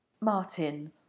Martin